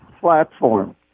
platform